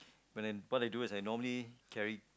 what I do is I normally carry